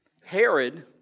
Herod